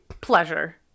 pleasure